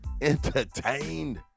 entertained